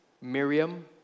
Miriam